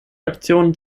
aktion